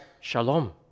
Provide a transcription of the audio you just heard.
shalom